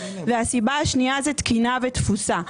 והסיבה השנייה זה תקינה ותפוסה.